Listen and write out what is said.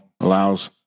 allows